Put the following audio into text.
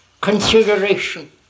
consideration